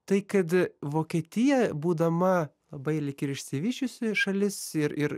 tai kad vokietija būdama labai lyg ir išsivysčiusi šalis ir ir